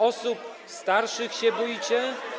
Osób starszych się boicie?